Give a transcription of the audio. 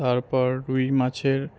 তারপর রুই মাছের